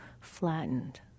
flattened